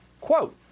Quote